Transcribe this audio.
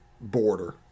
border